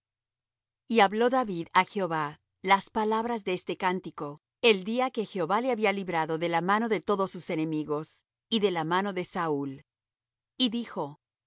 y hablo david á jehová las palabras de este cántico el día que jehová le había librado de la mano de todos sus enemigos y de la mano de saúl y dijo